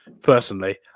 personally